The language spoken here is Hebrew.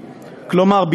כלומר,